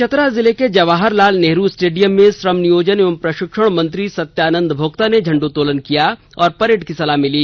चतरा जिले के जवाहर लाल नेहरू स्टेडियम में श्रम नियोजन एवं प्रशिक्षण मंत्री सत्यानंद भोक्ता ने झंडोत्तोलन किया और परेड की सलामी ली